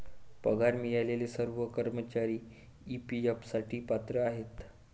पगार मिळालेले सर्व कर्मचारी ई.पी.एफ साठी पात्र आहेत